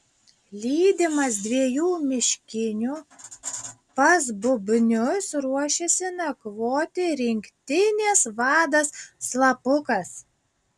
lydimas dviejų miškinių pas bubnius ruošiasi nakvoti rinktinės vadas slapukas